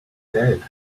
dead